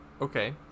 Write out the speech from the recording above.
Okay